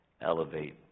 elevate